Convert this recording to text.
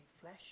flesh